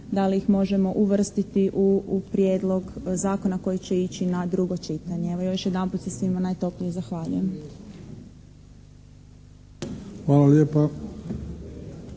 da li ih možemo uvrstiti u prijedlog zakona koji će ići na drugo čitanje. Evo, još jedanput se svima najtoplije zahvaljujem.